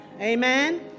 Amen